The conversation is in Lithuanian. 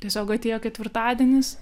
tiesiog atėjo ketvirtadienis